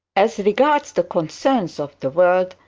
as regards the concerns of the world,